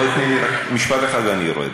בואי, תני לי לומר רק משפט אחד ואני יורד.